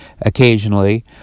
occasionally